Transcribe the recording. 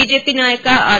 BJP ನಾಯಕ R